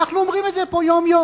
אנחנו אומרים את זה פה יום-יום,